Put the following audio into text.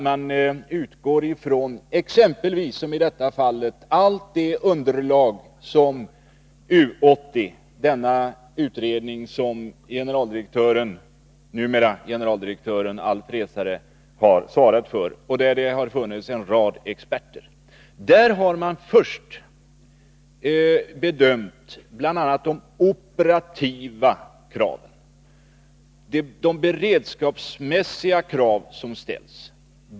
Här har vi allt underlag från U 80, den utredning som nuvarande generaldirektören Alf Resare har svarat för och där det har funnits en rad experter. Där har man först bedömt möjligheten att svara upp mot bl.a. de operativa kraven samt de beredskapsmässiga krav som har ställts.